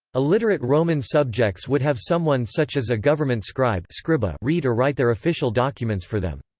illiterate roman subjects would have someone such as a government scribe scribe ah read or write their official documents for them.